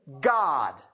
God